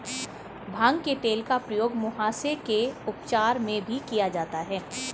भांग के तेल का प्रयोग मुहासे के उपचार में भी किया जाता है